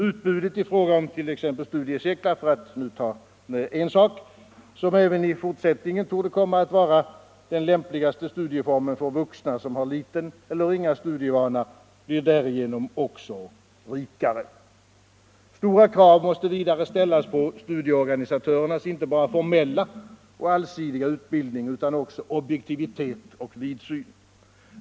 Utbudet i fråga om t.ex. studiecirklar, som även i fortsättningen torde komma att vara den lämpligaste studieformen för vuxna som har liten eller ringa studievana, blir därigenom också rikare. Stora krav måste vidare ställas på studieorganisatörernas inte bara formella och allsidiga utbildning utan också objektivitet och vidsyn.